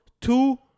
two